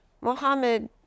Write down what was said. Mohammed